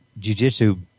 jujitsu